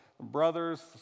Brothers